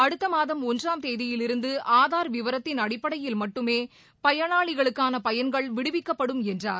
அடுத்த மாதம் ஒன்றாம் தேதியிலிருந்து ஆதார் விவரத்தின் அடிப்படையில் மட்டுமே பயனாளிகளுக்கான பயன்கள் விடுவிக்கப்படும் என்றார்